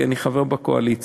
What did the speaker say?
כי אני חבר בקואליציה,